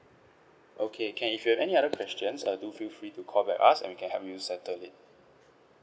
okay can if you have any other questions err do feel free to call back us and we can help you settle it